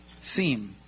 seem